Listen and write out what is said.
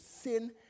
sin